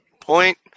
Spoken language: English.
point